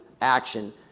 action